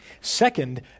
Second